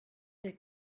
des